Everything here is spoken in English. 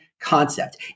concept